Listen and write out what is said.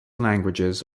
languages